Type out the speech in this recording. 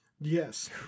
Yes